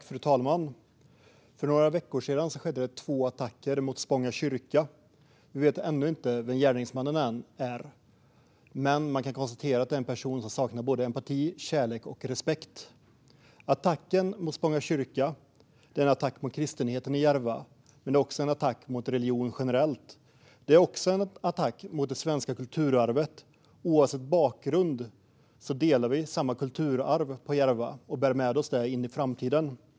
Fru talman! För några veckor sedan skedde två attacker mot Spånga kyrka. Vi vet ännu inte vem gärningsmannen är, men man kan konstatera att den personen saknar empati, kärlek och respekt. Attacken mot Spånga kyrka är en attack mot kristenheten i Järva och en attack mot religion generellt. Det är också en attack mot det svenska kulturarvet. Oavsett bakgrund delar vi samma kulturarv på Järva och bär med oss det in i framtiden.